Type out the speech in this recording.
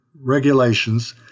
regulations